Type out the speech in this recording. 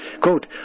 Quote